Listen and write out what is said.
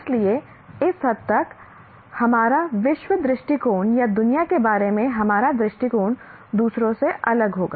इसलिए इस हद तक हमारा विश्व दृष्टिकोण या दुनिया के बारे में हमारा दृष्टिकोण दूसरों से अलग होगा